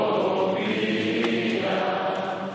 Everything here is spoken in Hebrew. כבוד נשיא המדינה.